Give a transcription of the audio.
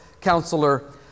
counselor